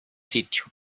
sitio